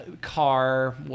car